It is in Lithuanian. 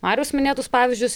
mariaus minėtus pavyzdžius